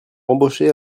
embaucher